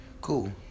cool